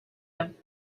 have